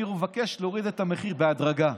אני מבקש להוריד את המחיר בהדרגה.